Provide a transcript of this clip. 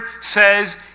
says